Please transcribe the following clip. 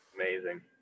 amazing